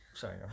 Sorry